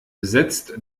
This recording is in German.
setzt